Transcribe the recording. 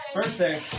Birthday